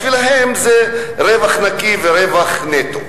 בשבילם זה רווח נקי ורווח נטו.